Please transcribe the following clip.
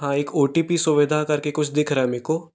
हाँ एक O T P सुविधा करके कुछ दिख रहा है मेको